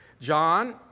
John